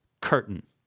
curtain